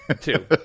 Two